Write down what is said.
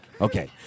Okay